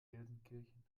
gelsenkirchen